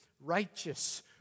righteous